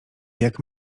jak